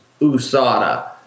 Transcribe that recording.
USADA